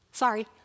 sorry